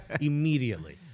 immediately